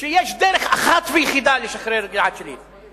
שיש דרך אחת ויחידה לשחרר את גלעד שליט,